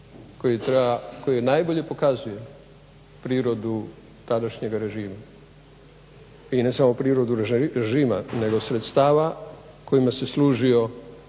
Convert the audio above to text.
koji najbolje pokazuje prirodu tadašnjega režima. I ne samo prirodu režima nego sredstava kojima se služio